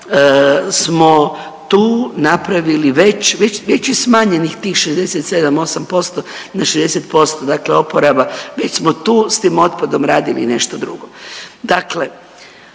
smo tu napravili već već je smanjenih tih 67, osam posto na 60% dakle oporaba već smo tu s tim otpadom radili nešto drugo.